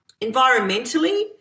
environmentally